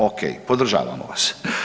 Ok, podržavamo vas.